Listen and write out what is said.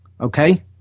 Okay